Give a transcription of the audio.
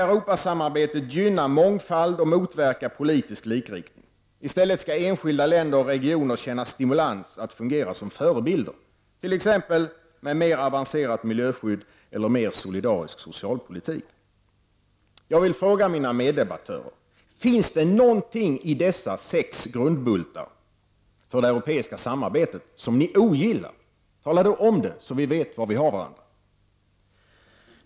Europasamarbetet skall gynna mångfald och motverka politisk likriktning; i stället skall enskilda länder och regioner känna stimulans att fungera som förebilder, t.ex. genom mer avancerat miljöskydd eller mer solidarisk socialpolitik. Jag vill fråga mina meddebattörer: Finns det någonting i dessa sex grundbultar för det europeiska samarbetet som ni ogillar? Tala då om det, så att vi vet var vi har varandra!